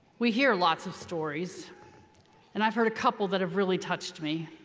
we hear lots of stories and i've heard a couple that have really touched me.